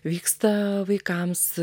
vyksta vaikams